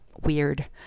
weird